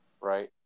right